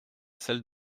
celle